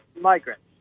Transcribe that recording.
migrants